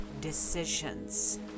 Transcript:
decisions